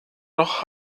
noch